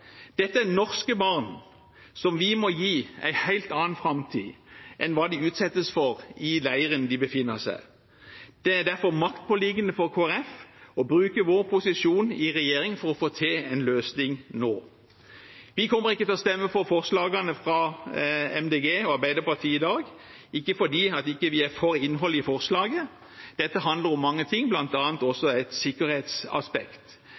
Dette er norske barn som vi må gi en helt annen framtid enn det de utsettes for i leiren de befinner seg i. Det er derfor maktpåliggende for Kristelig Folkeparti å bruke vår posisjon i regjering for å få til en løsning nå. Vi kommer ikke til å stemme for forslagene fra Miljøpartiet De Grønne og Arbeiderpartiet i dag – ikke fordi vi ikke er for innholdet i forslagene. Dette handler om mange ting,